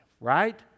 Right